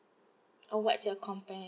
oh what's your compen~